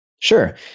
Sure